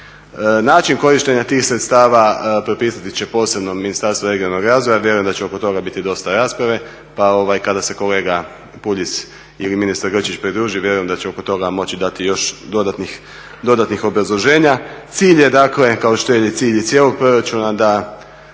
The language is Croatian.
Način korištenja tih sredstava propisati će posebno Ministarstvo regionalnog razvoja. Vjerujem da će oko toga biti dosta rasprave pa kada se kolega Puljiz ili ministar Grčić pridruže vjerujem da će oko toga moći dati još dodatnih obrazloženja. Cilj je dakle kao što je cilj i cijelog proračuna da